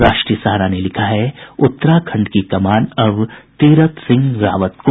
राष्ट्रीय सहारा ने लिखा है उत्तराखंड की कमान अब तीरथ सिंह रावत को